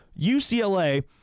UCLA